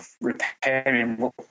repairing